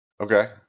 Okay